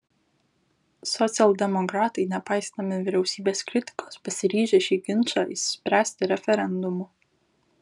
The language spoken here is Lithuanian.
socialdemokratai nepaisydami vyriausybės kritikos pasiryžę šį ginčą išspręsti referendumu